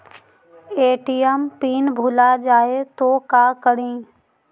ATM PIN भुला जाए तो का करी?